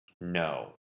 No